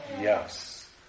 Yes